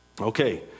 Okay